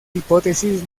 hipótesis